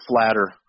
flatter